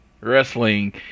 wrestling